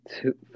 two